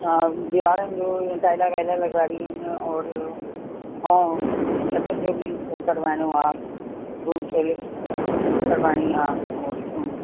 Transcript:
हा दीवारनि जो टाइला वाइला लॻाइणी हुन और ऐं छतनि जो बि कराइणो आहे रूम सिलिंग कराइणी आहे और हा